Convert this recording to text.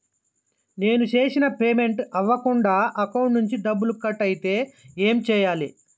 నేను చేసిన పేమెంట్ అవ్వకుండా అకౌంట్ నుంచి డబ్బులు కట్ అయితే ఏం చేయాలి?